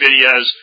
videos